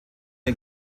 ihr